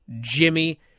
Jimmy